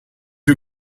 you